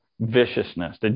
viciousness